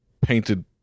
painted